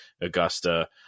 Augusta